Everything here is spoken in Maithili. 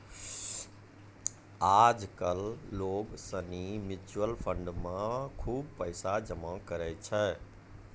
आज कल लोग सनी म्यूचुअल फंड मे खुब पैसा जमा करै छै